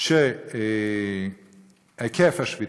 את היקף השביתה,